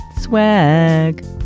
swag